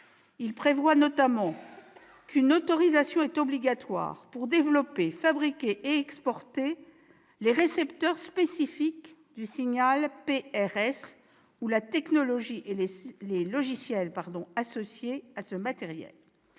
Il prévoit notamment qu'une autorisation est obligatoire pour développer, fabriquer et exporter les récepteurs spécifiques du signal PRS ou la technologie et les logiciels associés à ce matériel.